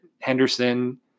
Henderson